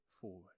forward